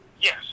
Yes